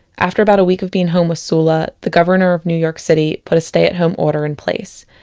after about a week of being home with sula, the governor of new york city put a stay at home order in place.